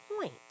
point